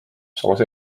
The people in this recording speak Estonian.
samas